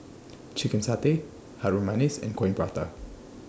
Chicken Satay Harum Manis and Coin Prata